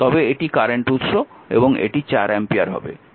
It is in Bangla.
তবে এটি কারেন্ট উৎস এবং এটি 4 অ্যাম্পিয়ার হবে